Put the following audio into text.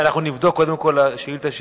במקום להגדיל את התקציב,